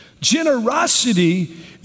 Generosity